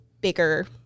bigger